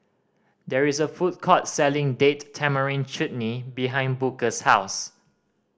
there is a food court selling Date Tamarind Chutney behind Booker's house